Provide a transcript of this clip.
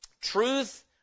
truth